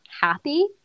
happy